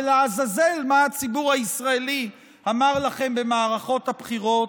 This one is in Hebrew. ולעזאזל מה הציבור הישראלי אמר לכם במערכות הבחירות,